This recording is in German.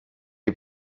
die